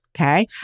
okay